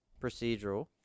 procedural